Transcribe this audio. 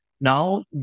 now